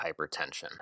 hypertension